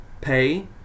pay